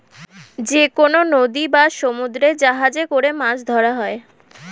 যেকনো নদী বা সমুদ্রে জাহাজে করে মাছ ধরা হয়